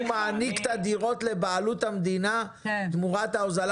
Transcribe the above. הוא מעניק את הדירות לבעלות המדינה תמורת ההוזלה